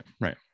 right